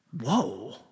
Whoa